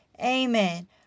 Amen